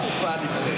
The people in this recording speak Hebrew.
יש עוד תקופה לפני.